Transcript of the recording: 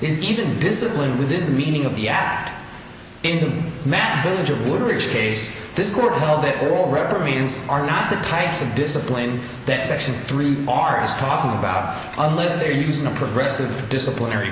is even discipline within the meaning of the app in the map and the rich case this court held that all reprimands are not the types of discipline that section three are as talking about unless they're using a progressive disciplinary